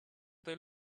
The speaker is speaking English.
they